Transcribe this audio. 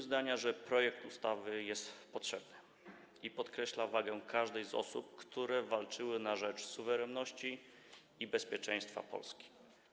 zdania, że projekt ustawy jest potrzebny i podkreśla wagę każdej z osób, które walczyły na rzecz suwerenności i bezpieczeństwa Polski.